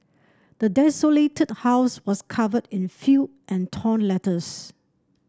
the desolated house was covered in filth and torn letters